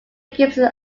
gibson